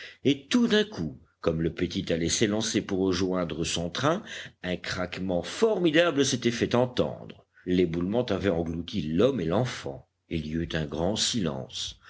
et tout d'un coup comme le petit allait s'élancer pour rejoindre son train un craquement formidable s'était fait entendre l'éboulement avait englouti l'homme et l'enfant il y eut un grand silence